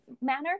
manner